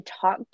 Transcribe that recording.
talk